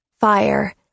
Fire